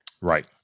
Right